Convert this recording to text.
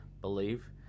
believe